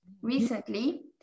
recently